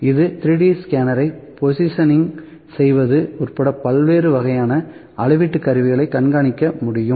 இது 3D scanner ஐ positioning செய்வது உட்பட பல்வேறு வகையான அளவீட்டு கருவிகளைக் கண்காணிக்க முடியும்